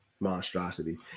Monstrosity